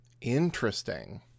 interesting